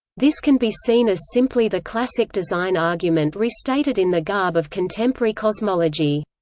this can be seen as simply the classic design argument restated in the garb of contemporary cosmology.